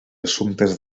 assumptes